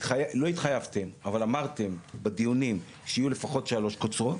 לא התחייבתם אבל אמרתם בדיונים שיהיו לפחות שלוש קוצרות,